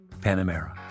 panamera